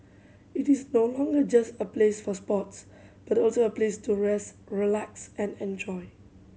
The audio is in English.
it is no longer just a place for sports but also a place to rest relax and enjoy